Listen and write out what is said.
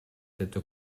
tetto